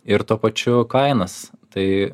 ir tuo pačiu kainas tai